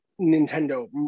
Nintendo